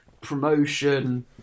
promotion